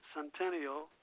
Centennial